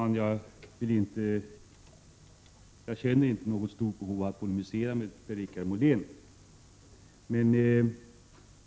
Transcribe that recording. Herr talman! Jag känner inte något stort behov av att polemisera mot Per-Richard Molén.